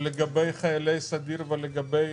לגבי חיילי סדיר ולגבי